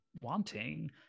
wanting